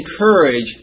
encourage